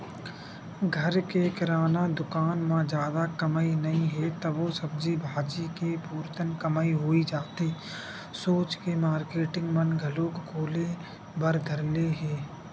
घर के किराना दुकान म जादा कमई नइ हे तभो सब्जी भाजी के पुरतन कमई होही जाथे सोच के मारकेटिंग मन घलोक खोले बर धर ले हे